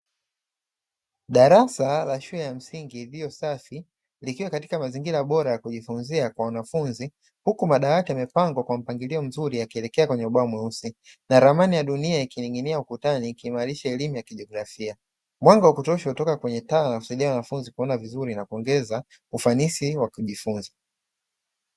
Darasa la shule ya msingi iliyo safi, likiwa katika mazingira bora ya kujifunzia kwa wanafunzi, huku madawati yamepangwa kwa mpangilio mzuri, yakielekea kwenye ubao mweusi na ramani ya dunia ikining'inia ukutani, ikiimarisha elimu ya kijiografia. Mwanga wa kutosha kutoka kwenye taa na kusaidia wanafunzi kuona vizuri na kuongeza ufanisi wa kujifunza.